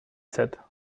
said